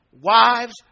Wives